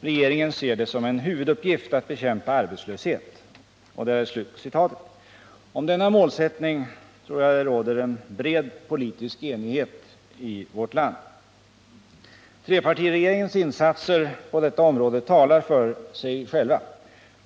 Regeringen ser det som en huvuduppgift att bekämpa arbetslöshet.” Om denna målsättning råder det en bred politisk enighet i vårt land. Trepartiregeringens insatser på detta område talar för sig själva.